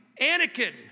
Anakin